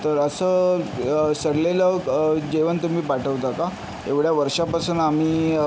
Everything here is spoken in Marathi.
तर असं सडलेलं जेवण तुम्ही पाठवता का एवढ्या वर्षापासून आम्ही